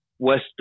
West